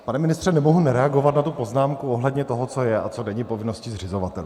Pane ministře, nemohu nereagovat na tu poznámku ohledně toho, co je a co není povinnosti zřizovatelů.